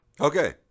Okay